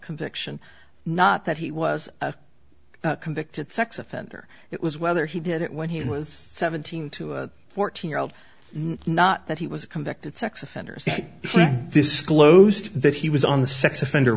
conviction not that he was a convicted sex offender it was whether he did it when he was seventeen to fourteen year old not that he was a convicted sex offenders disclosed that he was on the sex offender